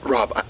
Rob